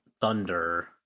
thunder